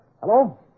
Hello